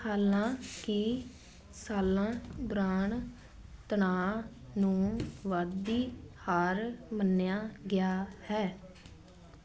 ਹਾਲਾਂਕਿ ਸਾਲਾਂ ਦੌਰਾਨ ਤਣਾਅ ਨੂੰ ਵੱਧਦੀ ਹਾਰ ਮੰਨਿਆ ਗਿਆ ਹੈ